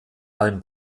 allem